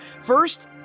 First